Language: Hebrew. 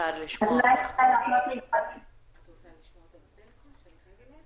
הרי כולם מדווחים לנו עכשיו שהמסגרות קיימות